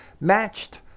matched